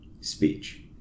speech